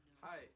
Hi